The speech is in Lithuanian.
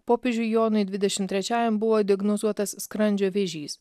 popiežiui jonui dvidešimt trečiajam buvo diagnozuotas skrandžio vėžys